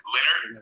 Leonard